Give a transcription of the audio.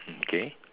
okay